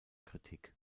kritik